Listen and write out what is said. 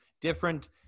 different